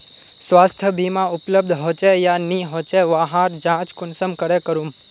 स्वास्थ्य बीमा उपलब्ध होचे या नी होचे वहार जाँच कुंसम करे करूम?